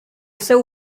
seu